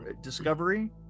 Discovery